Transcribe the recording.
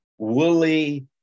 Woolly